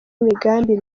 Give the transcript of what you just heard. imigambi